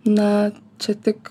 na čia tik